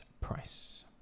price